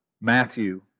Matthew